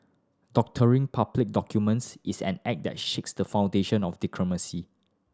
doctoring public documents is an act that shakes the foundation of democracy